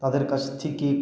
তাদের কাছ থেকে